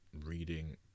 reading